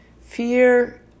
Fear